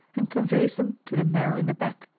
and conveys them to the marrow in the back,